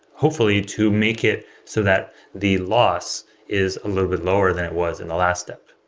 hopefully to make it so that the loss is a little bit lower than it was in the last step.